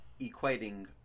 equating